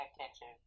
attention